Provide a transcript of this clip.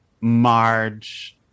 Marge